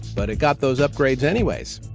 but it got those upgrades anyways.